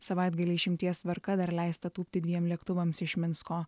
savaitgalį išimties tvarka dar leista tūpti dviem lėktuvams iš minsko